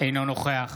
אינו נוכח